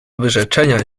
wyrzeczenia